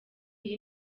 iyi